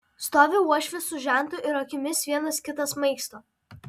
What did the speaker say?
stovi uošvis su žentu ir akimis vienas kitą smaigsto